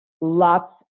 lots